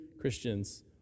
Christians